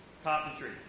Carpentry